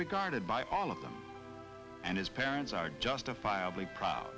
regarded by all of them and his parents are justifiably pro